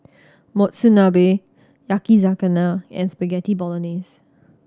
Monsunabe Yakizakana and Spaghetti Bolognese